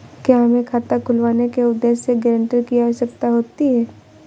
क्या हमें खाता खुलवाने के उद्देश्य से गैरेंटर की आवश्यकता होती है?